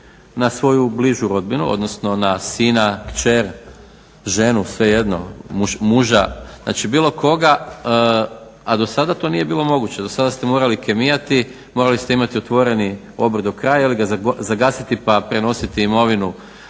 na svoju bližu rodbinu, odnosno na sina, kćer, ženu, svejedno, muža, znači bilo koga, a do sada to nije bilo moguće. Do sada ste morali kemijati, morali ste imati otvoreni obrt do kraja ili ga zagasiti pa prenositi imovinu